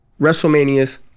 WrestleManias